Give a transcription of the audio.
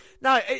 No